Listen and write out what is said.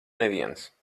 neviens